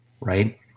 right